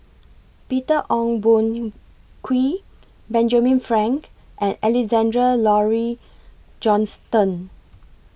Peter Ong Boon Kwee Benjamin Frank and Alexandra Laurie Johnston